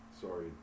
Sorry